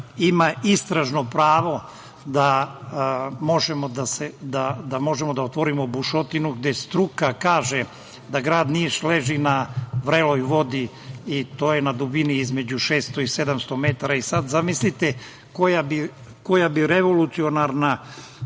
ima istražno pravo da možemo da otvorimo bušotinu, gde struka kaže da grad Niš leži na vreloj vodi i to na dubini između 600 i 700 metara. Zamislite sad koja bi se revolucionarna